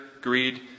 greed